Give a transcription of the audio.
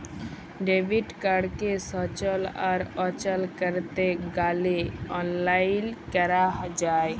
debit কাড়কে সচল আর অচল ক্যরতে গ্যালে অললাইল ক্যরা যায়